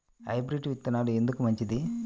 Hybrid విత్తనాలు ఎందుకు మంచిది?